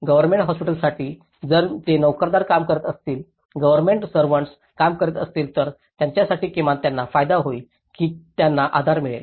government हॉस्पिटलसाठी जर ते नोकरदार काम करीत असतील गव्हर्नमेंट सेर्व्हन्टस काम करीत असतील तर त्यांच्यासाठी किमान त्यांना फायदा होईल की त्यांना आधार मिळेल